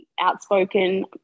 outspoken